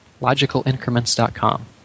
logicalincrements.com